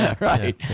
Right